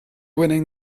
winning